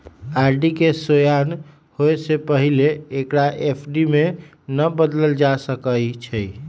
RD के सेयान होय से पहिले एकरा एफ.डी में न बदलल जा सकइ छै